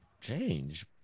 change